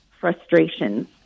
frustrations